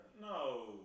No